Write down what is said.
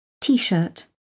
t-shirt